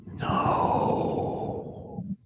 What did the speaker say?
No